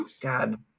god